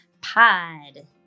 pod